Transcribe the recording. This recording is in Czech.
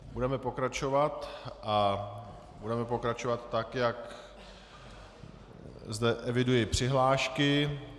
Budeme pokračovat a budeme pokračovat tak, jak zde eviduji přihlášky.